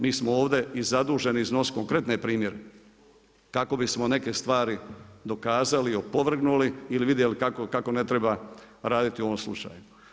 Mi smo ovdje i zaduženi iznositi konkretne primjere, kako bismo neke stvari, dokazali, opovrgnuli ili vidjeli kako ne treba raditi u ovom slučaju.